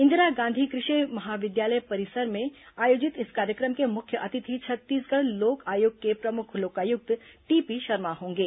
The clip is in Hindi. इंदिरा गांधी कृषि महाविद्यालय परिसर में आयोजित इस कार्यक्रम के मुख्य अतिथि छत्तीसगढ़ लोक आयोग के प्रमुख लोकायुक्त टीपी शर्मा होंगे